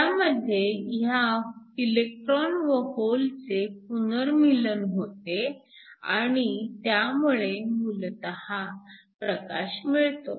त्यामध्ये ह्या इलेकट्रोन्स व होलचे पुनर्मीलन होते आणि त्यामुळे मूलतः प्रकाश मिळतो